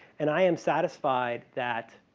and i am satisfied that